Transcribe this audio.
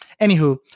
Anywho